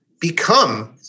become